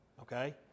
Okay